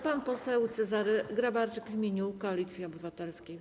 Pan poseł Cezary Grabarczyk w imieniu Koalicji Obywatelskiej.